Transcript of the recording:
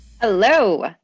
hello